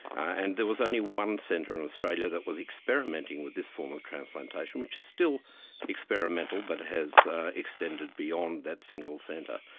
and there was only one centre in australia that was experimenting with this form of transplantation, which is still experimental but has extended beyond that single centre.